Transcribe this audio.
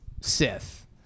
Sith